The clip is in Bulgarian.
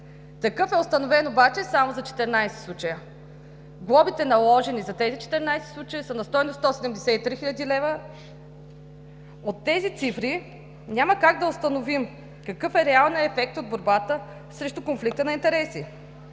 Такъв е установен обаче само за 14 случая. Глобите, наложени за тези 14 случая, са на стойност 173 хил. лв. От тези цифри няма как да установим какъв е реалният ефект от борбата срещу конфликта на интереси.